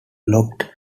blocked